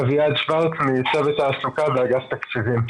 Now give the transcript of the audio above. אביעד שוורץ מצוות תעסוקה באגף תקציבים.